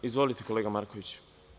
Izvolite, kolega Markoviću.